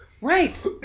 Right